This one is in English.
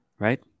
Right